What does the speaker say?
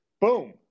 Boom